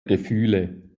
gefühle